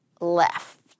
left